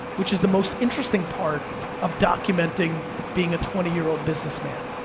which is the most interesting part of documenting being a twenty year old businessman.